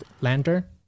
lander